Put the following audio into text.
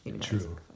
True